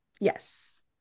yes